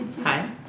hi